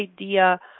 idea